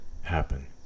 happen